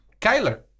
Kyler